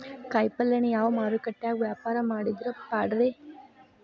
ಕಾಯಿಪಲ್ಯನ ಯಾವ ಮಾರುಕಟ್ಯಾಗ ವ್ಯಾಪಾರ ಮಾಡಿದ್ರ ಪಾಡ್ರೇ?